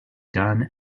done